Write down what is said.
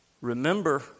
Remember